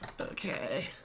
okay